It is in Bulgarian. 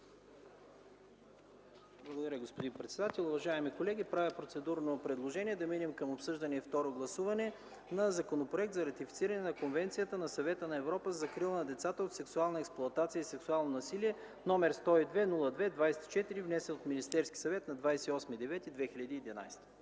Благодаря Ви, господин председател. Уважаеми колеги, правя процедурно предложение да преминем към обсъждане и второ гласуване на Законопроект за ратифициране на Конвенцията на Съвета на Европа за закрила на децата от сексуална експлоатация и сексуално насилие, № 102-02-24, внесен от Министерския съвет на 28